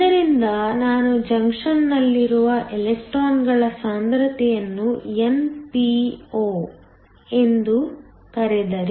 ಆದ್ದರಿಂದ ನಾನು ಜಂಕ್ಷನ್ನಲ್ಲಿರುವ ಎಲೆಕ್ಟ್ರಾನ್ಗಳ ಸಾಂದ್ರತೆಯನ್ನು np ಎಂದು ಕರೆದರೆ